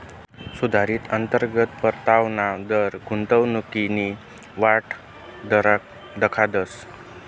सुधारित अंतर्गत परतावाना दर गुंतवणूकनी वाट दखाडस